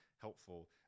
helpful